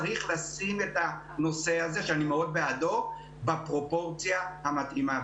צריך לשים את הנושא הזה שאני מאוד בעדו בפרופורציה המתאימה.